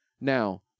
Now